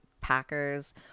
Packers